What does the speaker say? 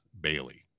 Bailey